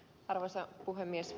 arvoisa puhemies